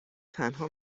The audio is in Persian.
تنها